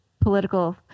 political